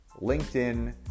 LinkedIn